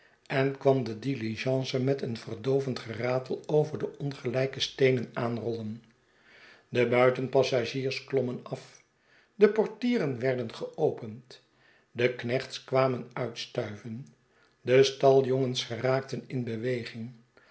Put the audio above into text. en kwam de diligence met een verdoovend geratel over de ongelijke steenen aanrollen de buitenpassagiers klommen af de portieren werden geopend de knechts kwamen uitstuiven de staljongens geraakten in beweging